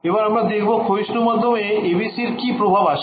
এবার আমরা দেখবো ক্ষয়িষ্ণু মাধ্যমে ABC এর কি প্রভাব আসে